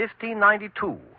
1592